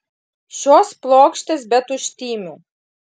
šios plokštės be tuštymių